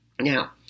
Now